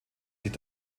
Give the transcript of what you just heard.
sich